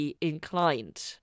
inclined